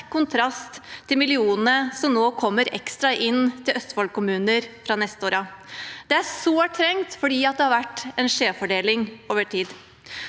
ekstra millionene som nå kommer inn til Østfold-kommuner fra neste år av. Det er sårt tiltrengt, for det har vært en skjevfordeling over tid.